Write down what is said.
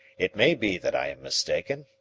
it may be that i am mistaken,